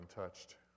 untouched